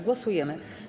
Głosujemy.